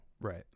Right